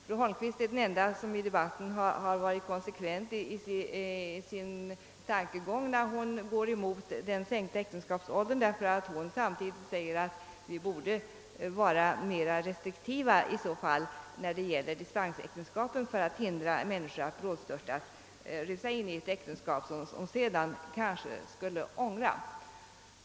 Fru Holmqvist är den enda i den debatten som har varit konsekvent i sin tankegång när hon går emot förslaget om sänkt äktenskapsålder och säger, att vi i så fall borde vara mera restriktiva när det gäller dispensäktenskapen för att därigenom kanske kunna hindra människor från att brådstörtat rusa in i äktenskap som de sedan kommer att ängra.